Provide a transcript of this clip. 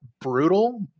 brutal